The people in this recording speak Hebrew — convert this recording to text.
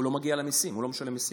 הוא לא מגיע למיסים, הוא לא משלם מיסים,